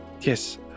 yes